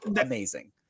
amazing